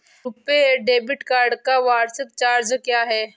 RuPay debit card का वार्षिक charge क्या है?